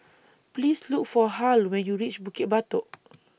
Please Look For Hal when YOU REACH Bukit Batok